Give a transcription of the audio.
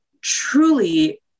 truly